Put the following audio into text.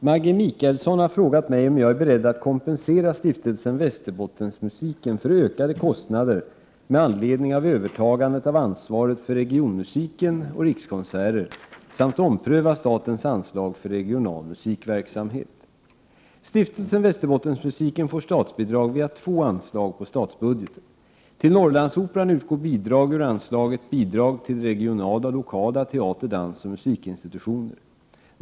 Herr talman! Maggi Mikaelsson har frågat mig om jag är beredd att kompensera Stiftelsen Västerbottensmusiken för ökade kostnader med anledning av övertagandet av ansvaret för Regionmusiken och Rikskonser ter samt ompröva statens anslag för regional musikverksamhet. Stiftelsen Västerbottensmusiken får statsbidrag via två anslag på statsbudgeten. Till Norrlandsoperan utgår bidrag ur anslaget Bidrag till regionala och lokala teater-, dansoch musikinstitutioner.